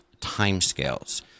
timescales